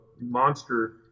monster